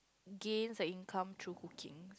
gains her income through cooking